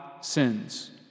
sins